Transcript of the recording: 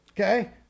okay